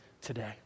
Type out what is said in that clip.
today